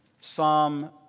Psalm